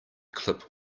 clip